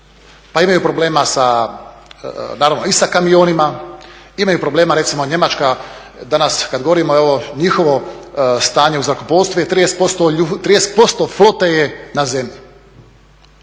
pa imaju problema naravno i sa kamionima, imaju problema recimo Njemačka danas kad govorimo i njihovo stanje u zrakoplovstvu je 30% flote je na zemlji.